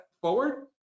forward